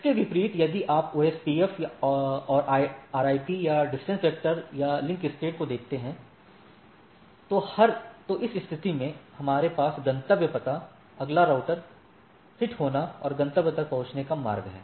इसके विपरीत यदि आप OSPF और RIP या डिस्टेंस वेक्टर और लिंक स्टेट को देखते हैं तो इस स्थिति में हमारे पास गंतव्य पता अगला राउटर हिट होना और गंतव्य तक पहुंचने का मार्ग है